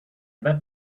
that